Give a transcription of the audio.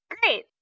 Great